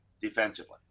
defensively